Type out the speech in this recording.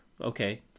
Okay